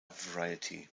variety